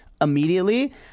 immediately